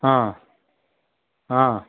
ఆ ఆ